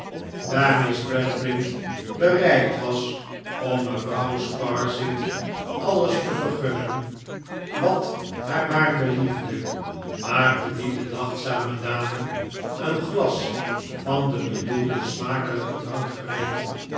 gradgrind bereid was om mevrouw sparsit alles te vergunnen wat haar maar beliefde maakte die bedachtzame dame een glas van den bedoelden smakelijken drank gereed